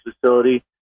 facility